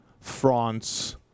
France